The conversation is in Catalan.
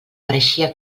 pareixia